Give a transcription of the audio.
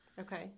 Okay